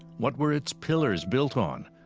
what were its pillars built on?